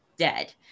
dead